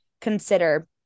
consider